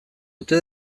ote